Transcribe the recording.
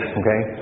okay